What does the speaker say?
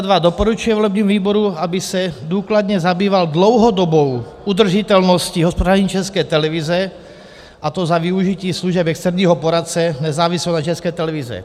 Za druhé doporučuje volebnímu výboru, aby se důkladně zabýval dlouhodobou udržitelností hospodaření České televize, a to za využití služeb externího poradce nezávislého na České televizi.